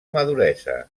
maduresa